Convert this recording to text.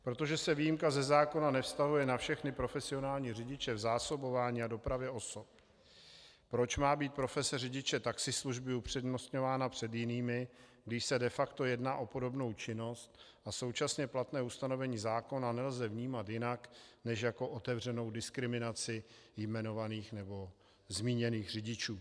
Protože se výjimka ze zákona nevztahuje na všechny profesionální řidiče v zásobování a dopravě osob, proč má být profese řidiče taxislužby upřednostňována před jinými, když se de facto jedná o podobnou činnost, a současně platné ustanovení zákona nelze vnímat jinak než jako otevřenou diskriminaci vyjmenovaných nebo zmíněných řidičů?